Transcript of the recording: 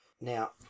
now